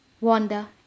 Wanda